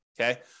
Okay